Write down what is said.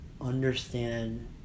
understand